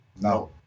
No